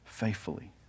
faithfully